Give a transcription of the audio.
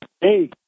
Hey